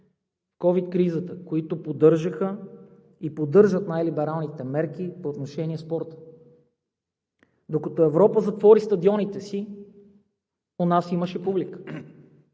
COVID кризата, които поддържаха и поддържат най либералните мерки по отношение на спорта. Докато Европа затвори стадионите си, у нас имаше публика.